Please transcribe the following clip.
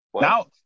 now